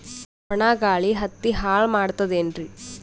ಒಣಾ ಗಾಳಿ ಹತ್ತಿ ಹಾಳ ಮಾಡತದೇನ್ರಿ?